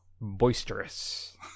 boisterous